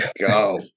go